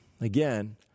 again